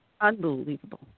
Unbelievable